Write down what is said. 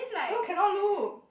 no cannot look